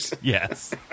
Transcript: Yes